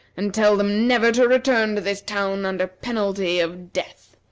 and tell them never to return to this town under penalty of death.